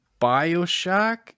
Bioshock